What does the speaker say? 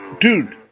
dude